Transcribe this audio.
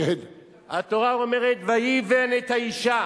התורה אומרת: "ויבן את האשה".